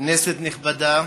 כנסת נכבדה,